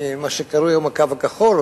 מה שקרוי היום "הקו הכחול",